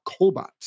cobots